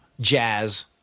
jazz